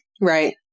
Right